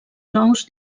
nous